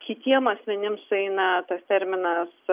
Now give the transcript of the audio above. kitiem asmenim sueina tas terminas